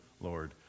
Lord